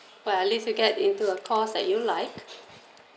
but at least you get into a course that you like